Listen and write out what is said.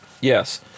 Yes